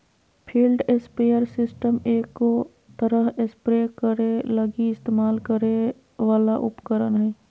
field sprayer system एगो तरह spray करे लगी इस्तेमाल करे वाला उपकरण हइ